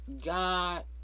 God